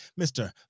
Mr